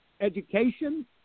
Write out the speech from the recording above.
Education